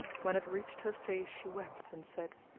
when it reached her face she wept and said,